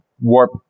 warp